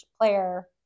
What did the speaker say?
player